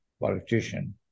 politician